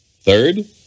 Third